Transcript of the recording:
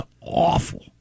awful